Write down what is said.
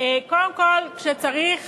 קודם כול, כשצריך